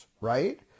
right